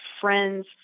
friends